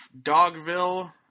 Dogville